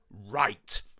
right